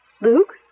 Luke